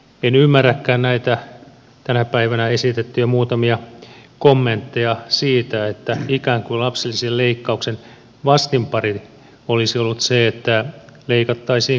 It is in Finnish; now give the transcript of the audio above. en ymmärräkään näitä tänä päivänä esitettyjä muutamia kommentteja siitä että ikään kuin lapsilisien leikkauksen vastinpari olisi ollut se että leikattaisiin kunnilta